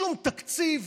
שום תקציב,